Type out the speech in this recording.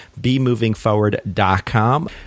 bemovingforward.com